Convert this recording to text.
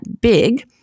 big